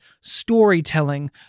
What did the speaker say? storytelling